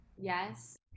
Yes